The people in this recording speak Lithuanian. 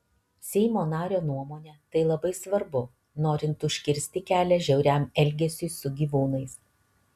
seimo nario nuomone tai labai svarbu norint užkirsti kelią žiauriam elgesiui su gyvūnais